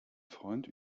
freund